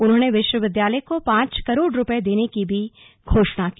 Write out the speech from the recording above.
उन्होंने विश्व विद्यालय को पांच करोड रूपये देने की भी घोषणा की